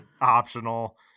optional